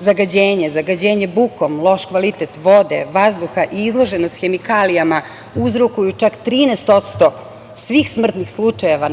zagađenje, zagađenje bukom, loš kvalitet vode, vazduha i izloženost hemikalijama uzrokuju čak 13% svih smrtnih slučajeva